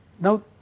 Now